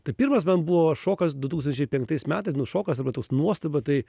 tai pirmas man buvo šokas du tūkstančiai penktais metais nu šokas arba toks nuostaba tai